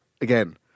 again